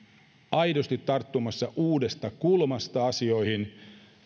aidosti tarttumassa uudesta kulmasta asioihin